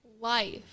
life